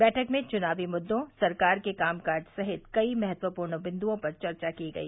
बैठक में चुनावी मुद्दों सरकार के कामकाज सहित कई महत्वपूर्ण बिन्दुओं पर चर्चा की गई